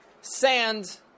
sand